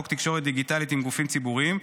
חוק תקשורת דיגיטלית עם גופים ציבוריים.